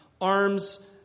arms